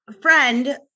friend